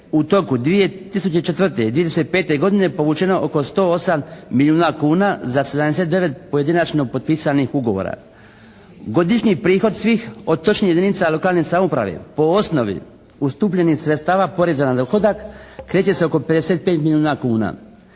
u toku 2004. i 2005. godine povučeno oko 108 milijuna kuna za 79 pojedinačno potpisanih ugovora. Godišnji prihod svih otočnih jedinica lokalne samouprave po osnovi ustupljenih sredstava poreza na dohodak, kreće se oko 55 milijuna kuna.